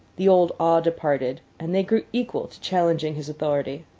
the old awe departed, and they grew equal to challenging his authority.